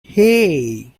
hey